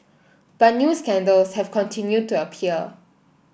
but new scandals have continued to appear